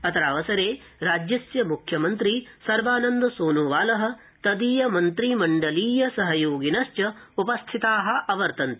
अत्रावसरे राज्यस्य मुख्यमन्त्री सर्वानन्द सोनोवाल तदीय मन्त्रिमण्डलीय सहयोगिनश्च उपस्थिता अवर्तन्त